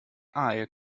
eye